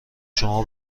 شما